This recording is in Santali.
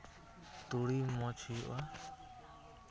ᱛᱩᱲᱤ ᱢᱚᱡᱽ ᱦᱩᱭᱩᱜᱼᱟ